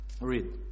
read